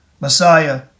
Messiah